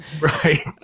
Right